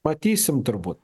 matysim turbūt